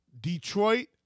Detroit